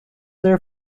their